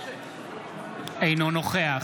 אינו נוכח